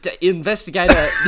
Investigator